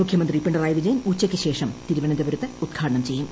മുഖ്യമന്ത്രി പിണറായി വിജയൻ ഉച്ചയ്ക്കുശേഷം തിരുവനന്തപുരത്ത് ഉദ്ഘാടനം ചെയ്യും